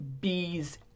bees